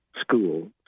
school